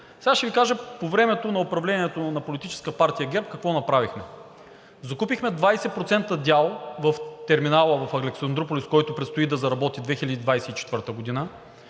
Сега ще Ви кажа по времето на управлението на Политическа партия ГЕРБ какво направихме. Закупихме 20% дял в терминала в Александруполис, който предстои да заработи 2024 г.